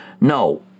No